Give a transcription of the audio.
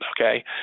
Okay